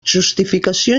justificació